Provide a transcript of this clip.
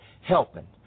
helping